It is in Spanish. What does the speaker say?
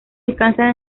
descansan